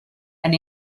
and